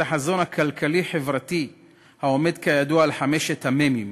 את החזון הכלכלי-חברתי העומד כידוע על חמשת המ"מים,